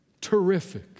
Terrific